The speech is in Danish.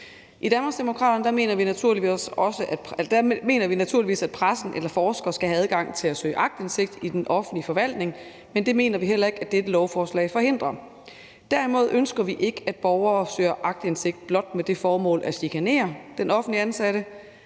mener vi naturligvis, at pressen eller forskere skal have adgang til at søge aktindsigt i den offentlige forvaltning, men det mener vi heller ikke at dette lovforslag forhindrer. Derimod ønsker vi ikke, at borgere søger aktindsigt blot med det formål at chikanere den offentligt ansatte.